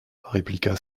répliqua